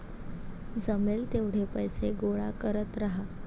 जमेल तेवढे पैसे गोळा करत राहा